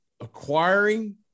acquiring